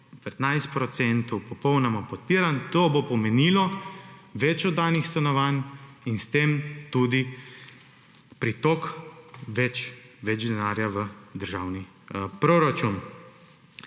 popolnoma podpiram, to bo pomenilo več oddanih stanovanj in s tem tudi pritok več denarja v državni proračun.